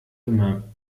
immer